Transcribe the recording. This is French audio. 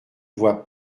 vois